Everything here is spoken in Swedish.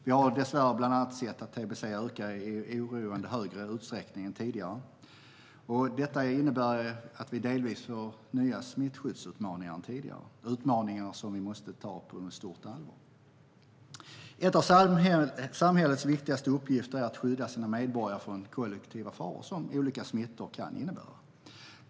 Vi har dessvärre bland annat sett att TBC ökar i en oroande högre grad än tidigare. Det innebär att vi delvis får fler nya smittskyddsutmaningar än tidigare - utmaningar som vi måste ta på stort allvar En av samhällets viktigaste uppgifter är att skydda sina medborgare från de kollektiva faror som olika smittor kan innebära.